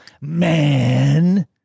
man